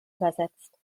übersetzt